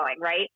Right